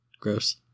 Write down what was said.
gross